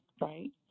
right